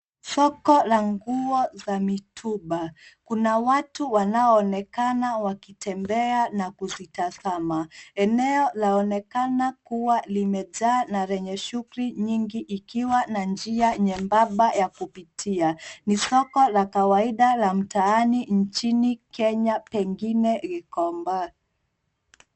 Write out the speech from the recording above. Soko la nguo za mitumba. Kuna watu wanaoonekana wakitembea na kuzitazama. Eneo laonekana kuwa limejaa na lenye shughuli nyingi ikiwa na njia nyembamba ya kupitia. Ni soko la kawaida la mtaani nchini Kenya pengine Gikomba.